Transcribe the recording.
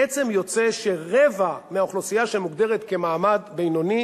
בעצם יוצא שרבע מהאוכלוסייה שמוגדרת כמעמד בינוני